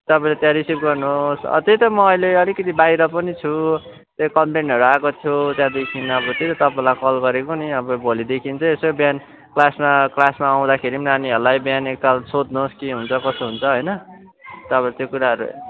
तपाईँले त्यहाँ रिसिभ गर्नुहोस् त्यही त म अहिले अलिकति बाहिर पनि छु त्यही कम्प्लेनहरू आएको थियो त्यहाँदेखि अब त्यही त तपाईँलाई कल गरेको नि तपाईँ भोलिदेखि चाहिँ यसो बिहान क्लसामा क्लासमा आउँदाखेरि नानीहरूलाई बिहान एकताल सोध्नुहोस् के हुन्छ कसो हुन्छ होइन तब त्यो कुराहरू